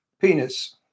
penis